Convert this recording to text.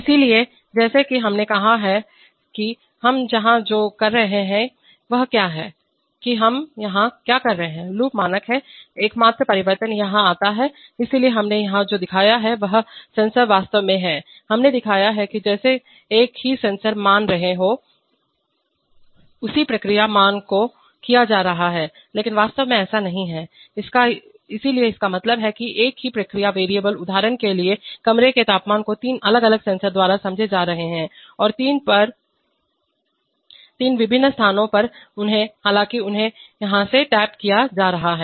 इसलिए जैसा कि हमने कहा कि हम यहां जो कर रहे हैं वह यह है कि हम हैं हम क्या कर रहे हैं लूप मानक है एकमात्र परिवर्तन यहां आता है इसलिए हमने यहां जो दिखाया है वही सेंसर वास्तव में है हमने दिखाया है कि जैसे एक ही सेंसर मान हो रहे हैं उसी प्रक्रिया मान को किया जा रहा है लेकिन वास्तव में ऐसा नहीं है इसलिए इसका मतलब है कि एक ही प्रक्रिया वेरिएबलउदाहरण के लिए कमरे के तापमान को तीन अलग अलग सेंसर द्वारा समझे जा रहे हैं जो तीन पर हैं विभिन्न स्थानों इसलिए हालांकि उन्हें यहां से टैप किया जा रहा है